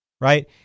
Right